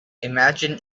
imagine